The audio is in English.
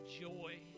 joy